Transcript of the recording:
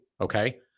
okay